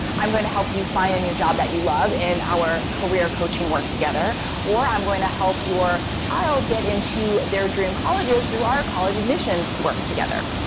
i'm going to help you find a new job that you love in our career coaching work together, or i'm going to help your child get into their dream colleges through our college admissions work together.